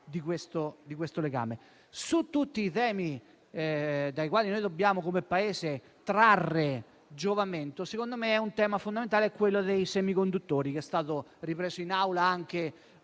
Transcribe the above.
di questo legame. Sui temi dai quali noi dobbiamo come Paese trarre giovamento, secondo me fondamentale è quello dei semiconduttori, ripreso in Aula anche